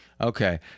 okay